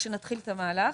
כשנתחיל את המהלך,